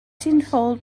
tinfoil